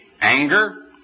anger